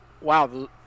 wow